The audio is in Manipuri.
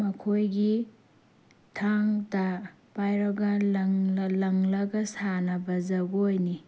ꯃꯈꯣꯏꯒꯤ ꯊꯥꯡ ꯇꯥ ꯄꯥꯏꯔꯒ ꯂꯪꯂ ꯂꯪꯂꯒ ꯁꯥꯟꯅꯕ ꯖꯒꯣꯏꯅꯤ